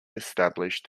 established